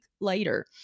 later